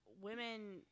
women